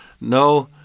no